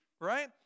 right